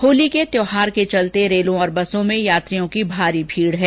होली के त्यौहार के चलते रेलों और बसों में यात्रियों की भारी भीड़ है